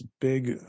big